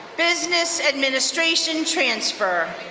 business administration transfer.